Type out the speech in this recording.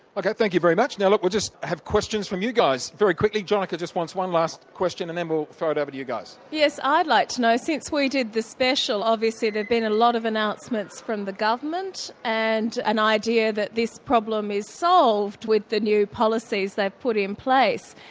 okay. thank you very much. now look we'll just have questions from you guys. very quickly jonica just wants one last question and then but we'll throw it over to you guys. yes, i'd like to know, since we did the special obviously there've been a lot of announcements from the government and an idea that this problem is solved with the new policies they've put in place.